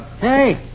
Hey